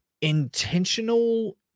Intentional